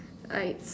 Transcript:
alright